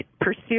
pursue